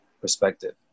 perspective